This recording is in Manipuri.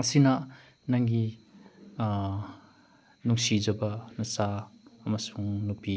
ꯑꯁꯤꯅ ꯅꯪꯒꯤ ꯅꯨꯡꯁꯤꯖꯕ ꯅꯆꯥ ꯑꯃꯁꯨꯡ ꯅꯨꯄꯤ